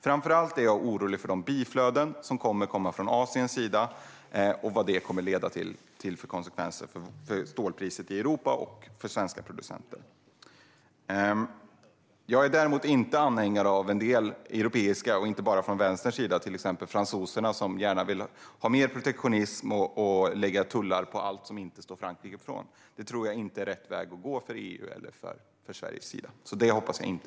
Framför allt är jag orolig för de biflöden som kommer att komma från Asien och vilka konsekvenser de kommer att få för stålpriset i Europa och för svenska producenter. Jag är däremot inte anhängare av en del åtgärder från europeiskt håll, inte bara från vänsterns sida. Fransoserna, till exempel, vill gärna ha mer protektionism och lägga tullar på allt som inte kommer från Frankrike. Det tror jag inte är rätt väg att gå för EU eller för Sverige.